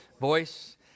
Voice